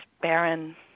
barren